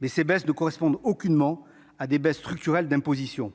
Mais ces baisses ne correspondent aucunement à des baisses structurelles d'imposition.